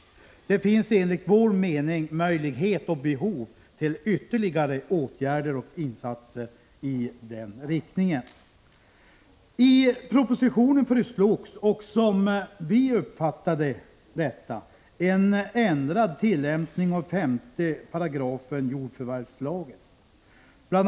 Det finns enligt vår mening möjlighet till och behov av ytterligare insatser i den här riktningen. I propositionen föreslås, som vi fattade det, en ändrad tillämpning av 5 § jordförvärvslagen. Bl.